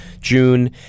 June